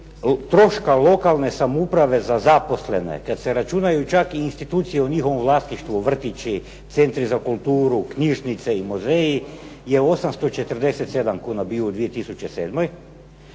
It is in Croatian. troška lokalne samouprave za zaposlen, kad se računaju čak i institucije u njihovom vlasništvu, vrtići, centri za kulturu, knjižnice i muzeji, je 847 kuna bio u 2007.,